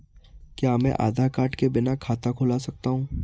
क्या मैं आधार कार्ड के बिना खाता खुला सकता हूं?